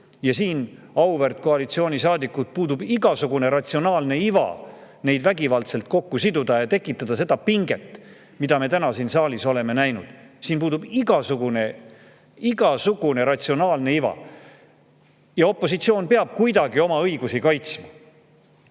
Ja siin, auväärt koalitsioonisaadikud, puudub igasugune ratsionaalne iva neid vägivaldselt kokku siduda ja tekitada seda pinget, mida me täna siin saalis oleme näinud. Siin puudub igasugune ratsionaalne iva! Opositsioon peab oma õigusi kuidagi